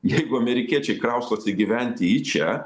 jeigu amerikiečiai kraustosi gyventi į čia